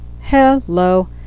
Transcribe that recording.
Hello